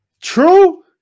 true